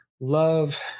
love